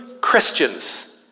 Christians